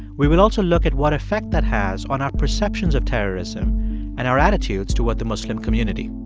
we will also look at what effect that has on our perceptions of terrorism and our attitudes toward the muslim community.